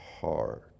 heart